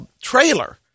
trailer